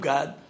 God